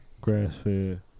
Grass-fed